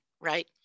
right